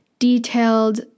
Detailed